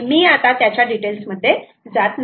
मी आता त्याच्या डिटेल्स मध्ये जात नाही